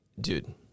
Dude